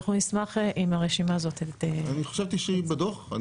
אנחנו נשמח אם הרשימה הזאת --- אני חשבתי שהיא בדו"ח.